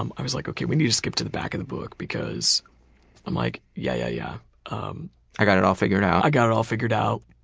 um i was, like okay, we need to skip to the back of the book because i'm like yeah, yeah, yeah, pg um i got it all figured out. i got it all figured out.